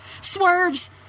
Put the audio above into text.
swerves